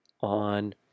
on